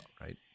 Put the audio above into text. right